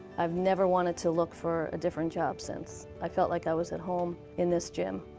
i've never wanted to look for a different job since. i felt like i was at home in this gym.